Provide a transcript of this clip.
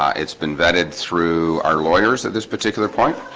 it's been vetted through our lawyers at this particular point